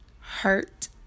hurt